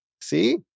See